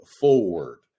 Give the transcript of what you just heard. forward